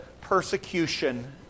persecution